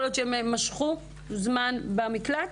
יכול להיות שהן 'משכו' זמן במקלט?